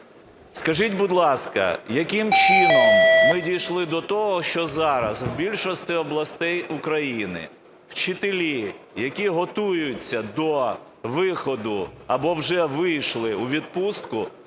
Скажіть, будь ласка, яким чином ми дійшли до того, що зараз в більшості областей України вчителі, які готуються до виходу або вже вийшли у відпустку,